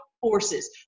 forces